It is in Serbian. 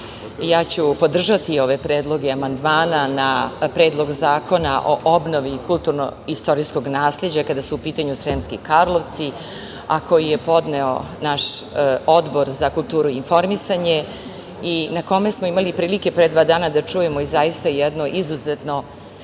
reč. Podržaću ove predloge amandmana na Predlog zakona o obnovi kulturno-istorijskog nasleđa kada su u pitanju Sremski Karlovci, a koje je podneo naš Odbor za kulturu i informisanje i na kome smo imali prilike pre dva dana da čujemo i zaista jednu izuzetno